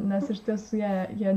nes iš tiesų jie jie